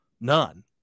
None